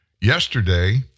yesterday